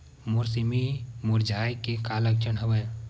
मोर सेमी मुरझाये के का लक्षण हवय?